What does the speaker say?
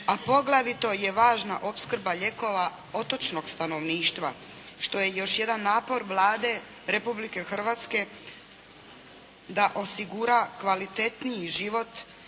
a poglavito je važna opskrba lijekova otočnog stanovništva što je još jedan napor Vlade Republike Hrvatske da osigura kvalitetniji život